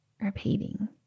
repeating